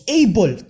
able